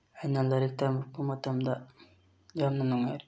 ꯑꯩꯅ ꯂꯥꯏꯔꯤꯛ ꯇꯝꯃꯛꯄ ꯃꯇꯝꯗ ꯌꯥꯝꯅ ꯅꯨꯡꯉꯥꯏꯔꯛꯑꯦ